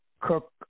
cook